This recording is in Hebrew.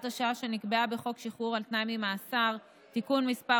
השעה שנקבעה בחוק שחרור על תנאי ממאסר (תיקון מס'